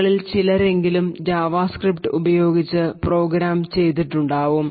നിങ്ങളിൽ ചിലരെങ്കിലും ജാവാസ്ക്രിപ്റ്റ് ഉപയോഗിച്ച് പ്രോഗ്രാം ചെയ്തിട്ടുണ്ടാവും